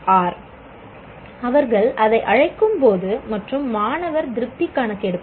R அவர்கள் அதை அழைக்கும்போது மற்றும் மாணவர் திருப்தி கணக்கெடுப்பு